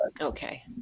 Okay